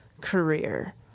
Career